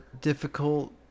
difficult